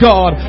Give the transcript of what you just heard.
God